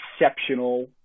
exceptional